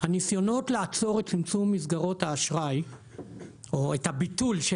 הניסיונות לעצור את צמצום מסגרות האשראי או את הביטול של